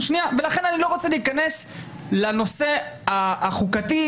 ולכן אני לא רוצה להיכנס לנושא החוקתי,